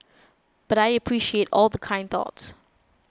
but I appreciate all the kind thoughts